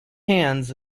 hands